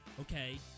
okay